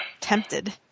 tempted